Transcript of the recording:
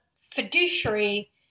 fiduciary